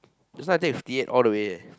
that's why I take fifty eight all the way leh